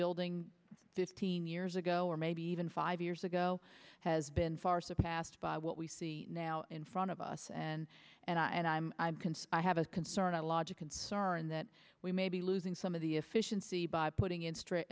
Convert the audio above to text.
building fifteen years ago or maybe even five years ago has been far surpassed by what we see now in front of us and and i and i'm concerned i have a concern and a logic concern that we may be losing some of the efficiency by putting in strict